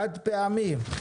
חד פעמי.